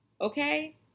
okay